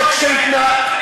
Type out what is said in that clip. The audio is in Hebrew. לא,